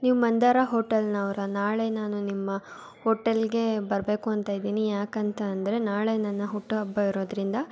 ನೀವು ಮಂದಾರ ಹೋಟೆಲ್ನವರಾ ನಾಳೆ ನಾನು ನಿಮ್ಮ ಹೋಟೆಲ್ಗೆ ಬರಬೇಕು ಅಂತ ಇದ್ದೀನಿ ಯಾಕಂತ ಅಂದರೆ ನಾಳೆ ನನ್ನ ಹುಟ್ಟುಹಬ್ಬ ಇರೋದರಿಂದ